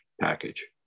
package